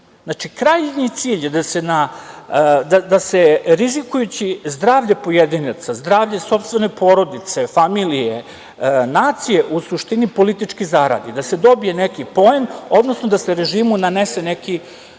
Krajnji cilj je da se, rizikujući zdravlje pojedinaca, zdravlje sopstvene porodice, familije, nacije, u suštini politički zaradi, da se dobije neki poen, odnosno da se režimu nanese neki